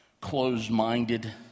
closed-minded